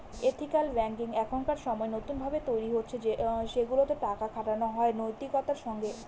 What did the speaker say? ethical banking এখনকার সময় নতুন ভাবে তৈরী হচ্ছে সেগুলাতে টাকা খাটানো হয় নৈতিকতার সঙ্গে